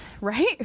right